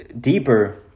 deeper